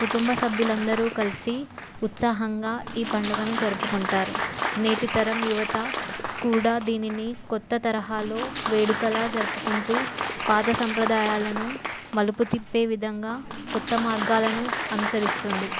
కుటుంబ సభ్యులు అందరు కలిసి ఉత్సాహంగా ఈ పండుగను జరుపుకుంటారు నేటితరం యువత కూడా దీనిని కొత్త తరహాలో వేడుకలాగ జరుపుకుంటు పాత సాంప్రదాయాలను మలుపుతిప్పే విధంగా కొత్త మార్గాలను అనుసరిస్తుంది